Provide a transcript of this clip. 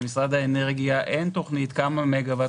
במשרד האנרגיה אין תוכנית כמה מגה-ואט